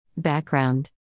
Background